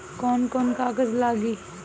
कौन कौन कागज लागी?